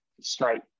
straight